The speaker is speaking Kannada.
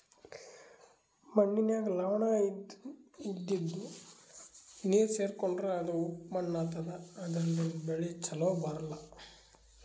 ಮಣ್ಣಿನಾಗ್ ಲವಣ ಇದ್ದಿದು ನೀರ್ ಸೇರ್ಕೊಂಡ್ರಾ ಅದು ಉಪ್ಪ್ ಮಣ್ಣಾತದಾ ಅದರ್ಲಿನ್ಡ್ ಬೆಳಿ ಛಲೋ ಬರ್ಲಾ